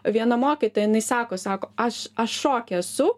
viena mokytoja jinai sako sako aš aš šoke esu